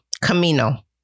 Camino